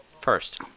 First